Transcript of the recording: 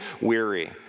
weary